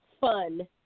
fun